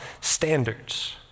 standards